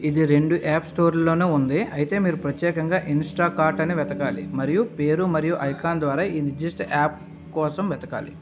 ఇది రెండు యాప్ స్టోర్ల్లోనూ ఉంది అయితే మీరు ప్రత్యేకంగా ఇన్స్టాకార్ట్ అని వెతకాలి మరియు పేరు మరియు ఐకాన్ ద్వారా ఈ నిర్దిష్ట యాప్ కోసం వెతకాలి